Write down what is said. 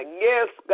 yes